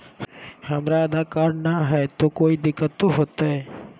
हमरा आधार कार्ड न हय, तो कोइ दिकतो हो तय?